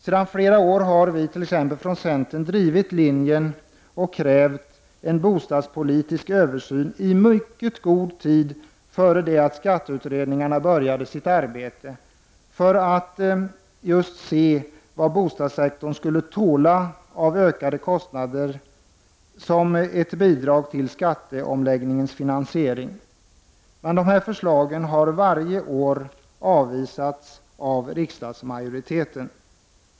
Sedan flera år, i mycket god tid innan skatteutredningarna bör jade sitt arbete, har vi från centerns sida krävt en bostadspolitisk översyn. just för att se vad bostadssektorn skulle tåla av ökade kostnader som bidrag till skatteomläggningens finansiering. Men de förslagen har varje år avvisats av riksdagsmajoriteten.